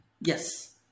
yes